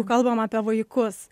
kalbam apie vaikus